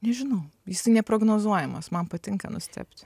nežinau jisai neprognozuojamas man patinka nustebti